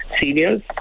seniors